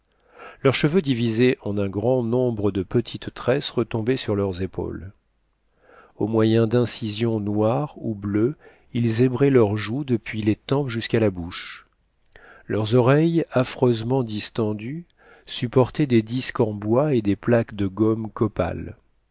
leurs cheveux divisés en un grand nombre de petites tresses retombaient sur leurs épaules au moyen dincisions noire ou bleues ils zébraient leurs joues depuis les tempes jusqu'à la bouche leurs oreilles affreusement distendues supportaient des disques en bois et des plaques de gomme copal